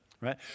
right